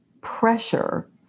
pressure